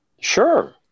Sure